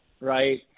right